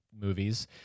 movies